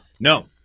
No